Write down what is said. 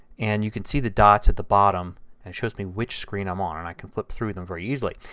and you can see the dots at the bottom which and shows me which screen i'm on. and i can flip through them very easily.